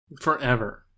Forever